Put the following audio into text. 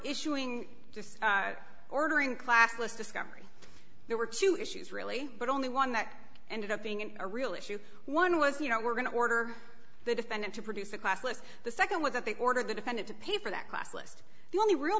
issuing just ordering classless discovery there were two issues really but only one that ended up being a real issue one was you know were going to order the defendant to produce a classless the nd was that they order the defendant to pay for that class list the only real